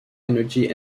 energy